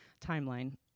timeline